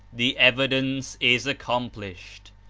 the evidence is accomplished,